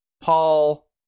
paul